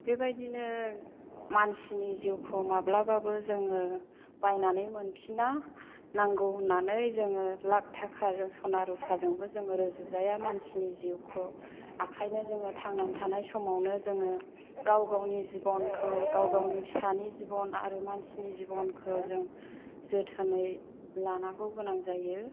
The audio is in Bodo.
बेबायदिनो मानसिनि जिउखौ माब्लाबाबो जोङो बायनानै मोनफिना नांगौ होननाै जोङो लाख थाखाजों स'ना रुफाजोंबो जों रुजुजाया मानसिनि जिउखौ आखायनो जोङो थांनानै थानाय समावनो जोङो गाव गावनि जिबन गाव गावनि फिसानि जिबन आरो मानसिनि जिबनखौ जों जोथोनै लानांगौ गोनां जायो